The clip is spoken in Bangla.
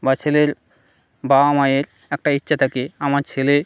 বা ছেলের বাবা মায়ের একটা ইচ্ছা থাকে আমার ছেলে